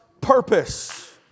purpose